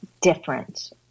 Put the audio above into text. different